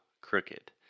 crooked